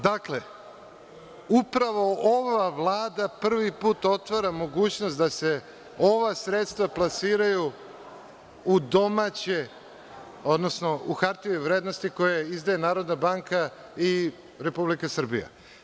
Dakle, upravo ova Vlada prvi put otvara mogućnost da se ova sredstva plasiraju u domaće, odnosno u hartije od vrednosti koje izdaje Narodna banka i Republika Srbija.